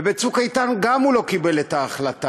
וגם ב"צוק איתן" הוא לא קיבל את ההחלטה,